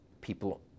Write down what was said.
people